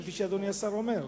כפי שאדוני השר אמר?